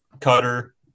cutter